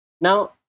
Now